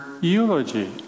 eulogy